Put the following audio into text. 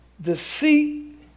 deceit